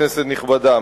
כנסת נכבדה,